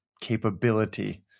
capability